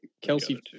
Kelsey